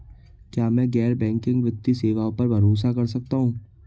क्या मैं गैर बैंकिंग वित्तीय सेवाओं पर भरोसा कर सकता हूं?